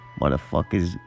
Motherfuckers